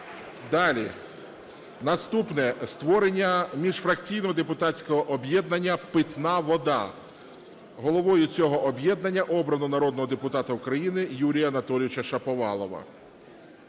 Далі наступне. Створення міжфракційного депутатського об'єднання "Питна вода". Головою цього об'єднання обрано народного депутата України Юрія Анатолійовича Шаповалова.